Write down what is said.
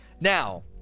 Now